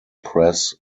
press